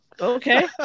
Okay